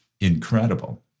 incredible